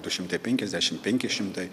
du šimtai penkiasdešim penki šimtai